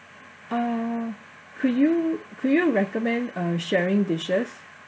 uh could you could you recommend uh sharing dishes